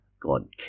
God